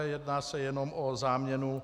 Jedná se jenom o záměnu.